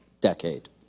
decade